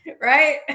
right